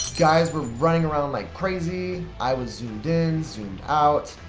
guys were running around like crazy, i was zoomed in, zoomed out.